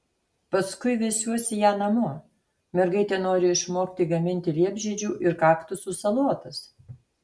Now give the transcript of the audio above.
paskui vesiuosi ją namo mergaitė nori išmokti gaminti liepžiedžių ir kaktusų salotas